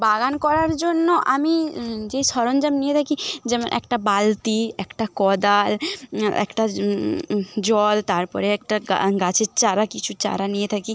বাগান করার জন্য আমি যে সরঞ্জাম নিয়ে থাকি যেমন একটা বালতি একটা কোদাল একটা জল তারপরে একটা গাছের চারা কিছু চারা নিয়ে থাকি